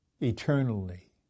eternally